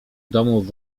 domów